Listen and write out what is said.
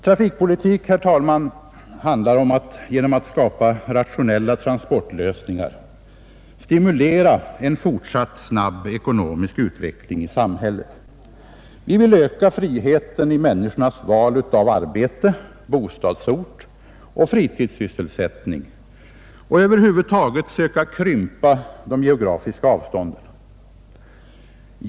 Trafikpolitik, herr talman, innebär att man genom att skapa rationella transportlösningar söker stimulera en fortsatt snabb ekonomisk utveckling i samhället. Vi vill öka friheten i människors val av arbete, bostadsort och fritidssysselsättning samt över huvud taget söka krympa de geografiska avstånden.